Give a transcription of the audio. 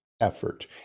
effort